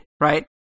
Right